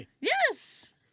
Yes